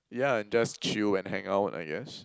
yeah and just chill and hang out I guess